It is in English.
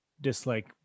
dislike